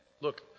Look